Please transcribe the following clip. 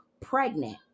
pregnant